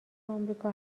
آمریکا